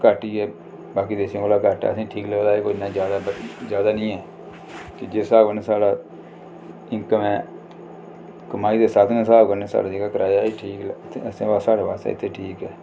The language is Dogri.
घट्ट ही ऐ बाकी देशें कोला घट्ट ऐ असेंगी ठीक लगदा कोई इन्ना ज्यादा ज्यादा नि ऐ ते जिस स्हाब कन्नै साढ़ा इनकम ऐ कमाई दे साधन दे स्हाब कन्नै साढ़ा जेह्का कराया ऐ एह् ठीक ऐ ल असें साढ़े वास्तै इत्थै ठीक ऐ